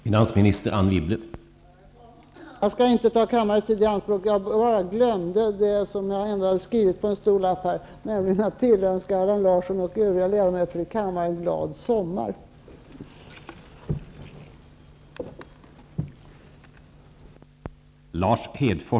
Herr talman! Jag skall inte ta kammarens tid i anspråk. Jag vill bara säga det som jag tidigare glömde, trots att jag har skrivit det på en stor lapp, nämligen att jag vill tillönska Allan Larsson och övriga ledamöter i kammaren en glad sommar.